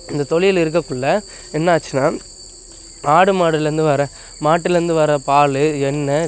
இந்த தொழில் இருக்கக்குள்ளே என்ன ஆச்சுன்னா ஆடு மாடுலேர்ந்து வர மாட்டுலேர்ந்து வர பால் எண்ணெய்